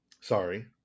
sorry